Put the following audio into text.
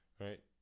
Right